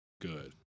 good